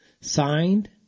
signed